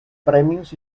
premios